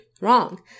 Wrong